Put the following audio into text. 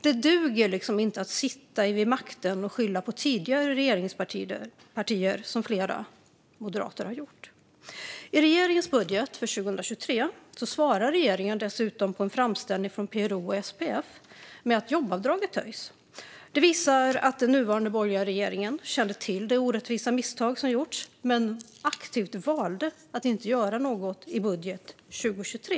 Det duger liksom inte att sitta vid makten och skylla på tidigare regeringspartier, som flera moderater har gjort. I regeringens budget för 2023 svarar regeringen dessutom på en framställning från PRO och SPF med att jobbavdraget höjs. Det visar att den nuvarande borgerliga regeringen kände till det orättvisa misstag som gjorts men aktivt valde att inte göra något i budgeten för 2023.